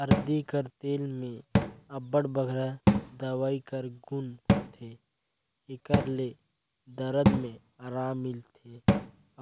हरदी कर तेल में अब्बड़ बगरा दवई कर गुन होथे, एकर ले दरद में अराम मिलथे